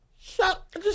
Shut